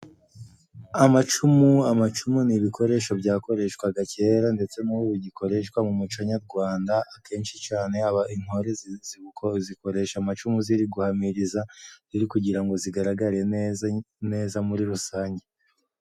Amacumu, amacumu ni ibikoresho byakoreshwaga kera ndetse n'ubu bigikoreshwa mu muco nyarwanda, akenshi cyane intore zikoresha amacumu ziri guhamiriza, ziri kugira ngo zigaragare neza nezamuri rusange.